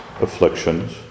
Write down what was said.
afflictions